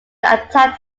attack